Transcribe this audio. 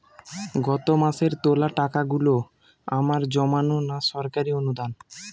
গত মাসের তোলা টাকাগুলো আমার জমানো না সরকারি অনুদান?